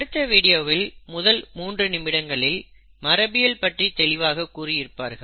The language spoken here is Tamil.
அடுத்த வீடியோவின் முதல் மூன்று நிமிடங்களில் மரபியல் பற்றி தெளிவாக கூறி இருப்பார்கள்